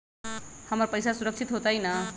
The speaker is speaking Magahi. हमर पईसा सुरक्षित होतई न?